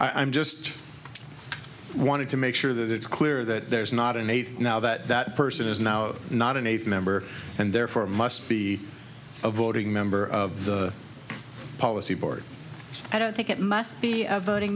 i'm just wanted to make sure that it's clear that there's not an eighth now that that person is now not an eighth member and therefore must be a voting member of the policy board i don't think it must be a voting